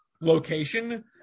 location